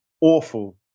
awful